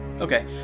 Okay